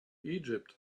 egypt